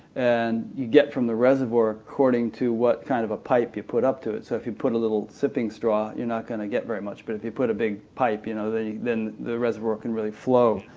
and you get from the reservoir according to what kind of pipe you put up to it. so if you put a little sipping straw, you're not going to get very much, but if you put a big pipe, you know then the reservoir can really flow.